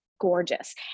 gorgeous